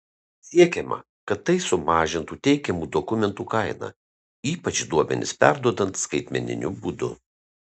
siekiama kad tai sumažintų teikiamų duomenų kainą ypač duomenis perduodant skaitmeniniu būdu